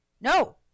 No